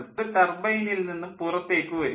അത് ടർബൈനിൽ നിന്നും പുറത്തേക്ക് വരും